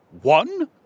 One